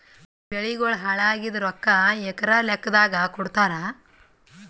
ಬೆಳಿಗೋಳ ಹಾಳಾಗಿದ ರೊಕ್ಕಾ ಎಕರ ಲೆಕ್ಕಾದಾಗ ಕೊಡುತ್ತಾರ?